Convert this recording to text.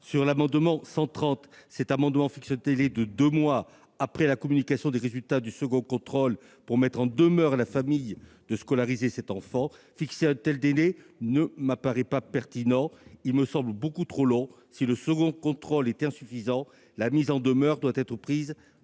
L'amendement n° 130 vise, quant à lui, à fixer un délai de deux mois après la communication des résultats du second contrôle pour mettre en demeure la famille de scolariser son enfant. Un tel délai ne m'apparaît pas pertinent, car il me semble beaucoup trop long. Si le second contrôle est insuffisant, la mise en demeure doit, selon